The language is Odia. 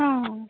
ହଁ ହଁ